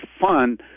fun